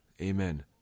Amen